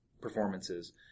performances